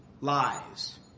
lies